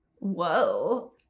whoa